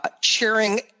cheering